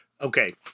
okay